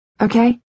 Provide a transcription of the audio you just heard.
Okay